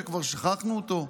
שכבר שכחנו אותו.